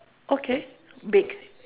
okay bake